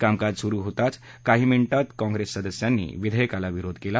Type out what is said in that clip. कामकाज सुरु होताचा काही मिनि तच काँग्रेस सदस्यांनी विधेयकाला विरोध केला